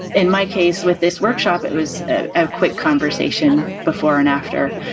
in my case with this workshop, it was a quick conversation before and after,